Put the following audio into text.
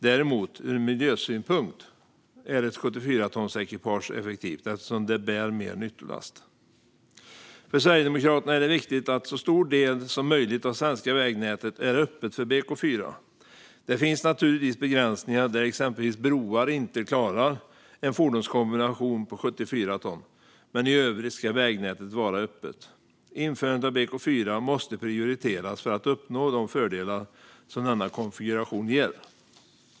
Däremot är ett 74-tonsekipage effektivt ur miljösynpunkt eftersom det bär mer nyttolast. För Sverigedemokraterna är det viktigt att en så stor del som möjligt av det svenska vägnätet är öppet för BK4. Det finns naturligtvis begränsningar, exempelvis att vissa broar inte klarar en fordonskombination på 74 ton, men i övrigt ska vägnätet vara öppet. Införandet av BK4 måste prioriteras för att man ska uppnå de fördelar som denna konfiguration ger.